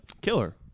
Killer